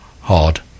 hard